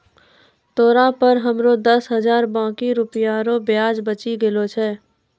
तोरा पर हमरो दस हजार बाकी रुपिया रो ब्याज बचि गेलो छय